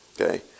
Okay